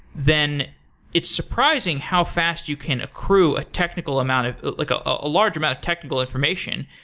then it's surprising how fast you can accrue a technical amount of like ah a large amount of technical information.